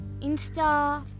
Insta